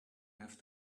have